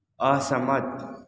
असहमत